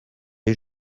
les